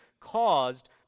caused